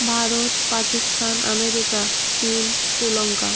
Bharat Pakistan America চীন শ্রীলঙ্কা